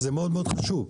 זה דבר מאוד חשוב,